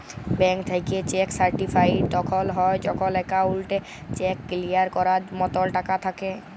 bank থ্যাইকে cheque certified তখল হ্যয় যখল একাউল্টে চ্যাক কিলিয়ার ক্যরার মতল টাকা থ্যাকে